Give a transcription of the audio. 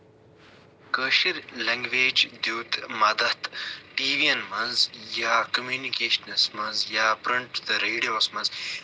کٲشِر language دیُت مَدتھ TV یَن منٛز یا کوٚمیوٗنِکیشنَس منٛز یا پرٛنٹ تہٕ ریڈیوَس منٛز